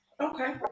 Okay